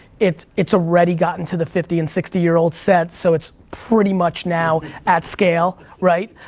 it's it's already gotten to the fifty and sixty year old set, so it's pretty much now at scale, right?